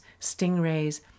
stingrays